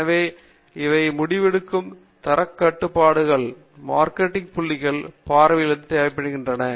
எனவே இவை முடிவெடுக்கும் தரக் கட்டுப்பாட்டு மற்றும் மார்க்கெட்டிங் புள்ளிகளின் பார்வையிலிருந்து தேவைப்படுகின்றன